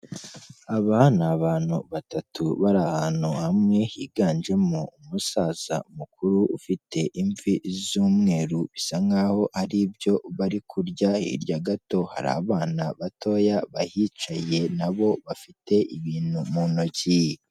Aba ni abantu batatu bari ahantu hamwe higanjemo umusaza mukuru ufite imvi z'umweru, bisa nk'aho hari ibyo bari kurya, hirya gato hari abana batoya bahicaye na bo bafite ibintu mu ntoki.